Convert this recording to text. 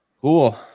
Cool